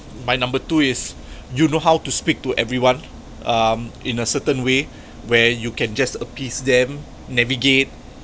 my number two is you know how to speak to everyone um in a certain way where you can just appease them navigate